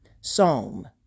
Psalm